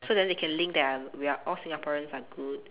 so then they can link that are we are all Singaporeans are good